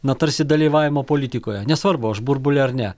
na tarsi dalyvavimo politikoje nesvarbu aš burbule ar ne